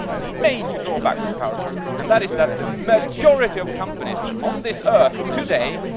major drawback with powerpoints, and that is that the majority of companies on this earth today,